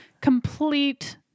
complete